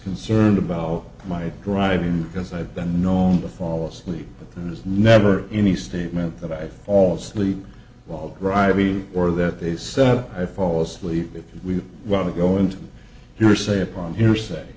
concerned about my driving because i've been known to fall asleep but there's never any statement that i all asleep while driving or that they said i fall asleep if we want to go into your say upon hearsay